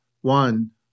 One